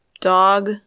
dog